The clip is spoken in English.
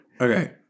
Okay